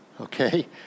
okay